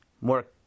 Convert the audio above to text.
more